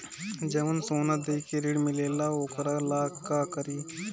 जवन सोना दे के ऋण मिलेला वोकरा ला का करी?